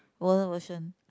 world version